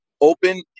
open